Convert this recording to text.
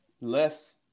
Less